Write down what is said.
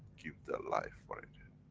give their life for it.